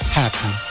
happy